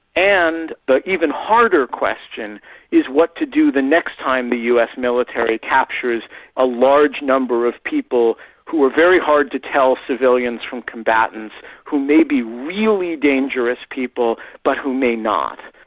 and the even harder question is what to do the next time the us military captures a large number of people who are very hard to tell civilians from combatants, who may be really dangerous people, but who may not.